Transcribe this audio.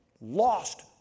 lost